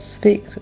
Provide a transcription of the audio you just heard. speak